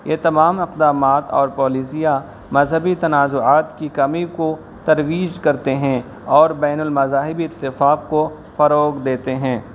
یہ تمام اقدامات اور پولیسیاں مذہبی تنازعات کی کمی کو ترویج کرتے ہیں اور بین المذاہبی اتفاق کو فروغ دیتے ہیں